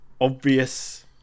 obvious